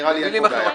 במילים אחרות,